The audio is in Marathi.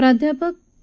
प्राध्यापक पी